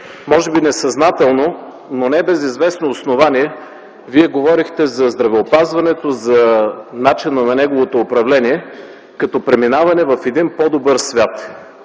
Може би несъзнателно, но не без известно основание Вие говорихте за здравеопазването, за начина на неговото управление като преминаване в един по-добър свят.